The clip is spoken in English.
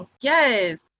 yes